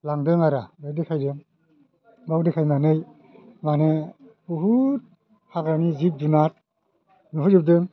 लांदों आरो बे देखायगोन बेयाव देखायनानै माने बुहुद हाग्रानि जिब जुनार नुहोजोबदों